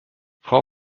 frau